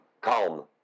Calm